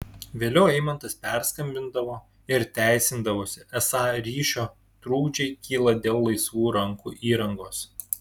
vėliau eimantas perskambindavo ir teisindavosi esą ryšio trukdžiai kyla dėl laisvų rankų įrangos